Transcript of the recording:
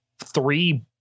three